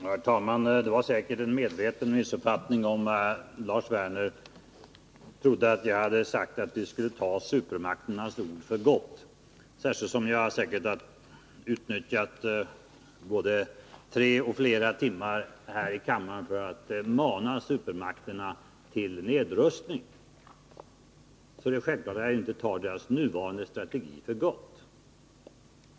Herr talman! Det var säkerligen en medveten missuppfattning när Lars Werner trodde att jag hade sagt att vi skulle ta supermakternas ord för gott. Särskilt som jag utnyttjat både en och flera timmar här i kammaren för att mana supermakterna till nedrustning är det klart att jag inte tar deras nuvarande strategi för gott.